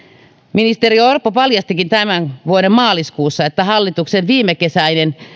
ministeri orpo paljastikin tämän vuoden maaliskuussa että hallituksen viimekesäinen